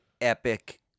epic